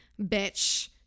bitch